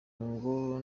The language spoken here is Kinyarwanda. ngo